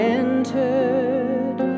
entered